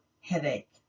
headache